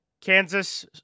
Kansas